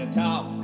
talk